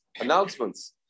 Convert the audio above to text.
announcements